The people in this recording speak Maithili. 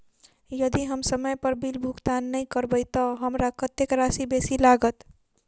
यदि हम समय पर बिल भुगतान नै करबै तऽ हमरा कत्तेक राशि बेसी लागत?